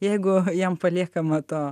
jeigu jam paliekama to